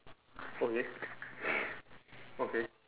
okay okay